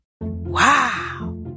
Wow